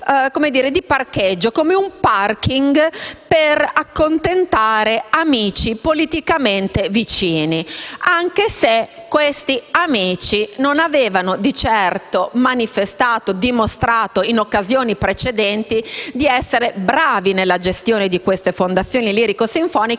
come un *parking* per accontentare amici politicamente vicini, anche se questi amici non avevano di certo dimostrato, in occasioni precedenti, di essere bravi nella gestione di queste fondazioni lirico-sinfoniche